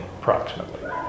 approximately